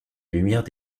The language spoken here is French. lumière